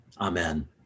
Amen